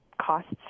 costs